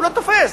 לא תופס.